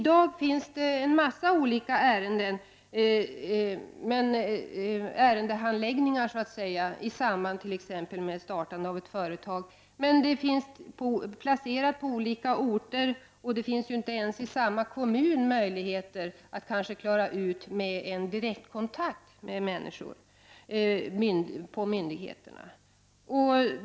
Det förekommer i dag en mängd olika handläggningsomgångar i samband härmed, förlagda till olika orter. Det finns kanske inte ens möjligheter att inom hemkommunen få direktkontakt med resp. myndighetspersoner.